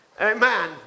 Amen